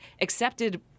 accepted